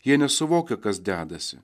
jie nesuvokia kas dedasi